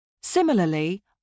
Similarly